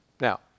Now